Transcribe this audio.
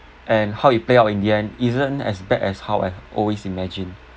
and how it play out in the end isn't as bad as how I always imagine